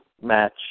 Match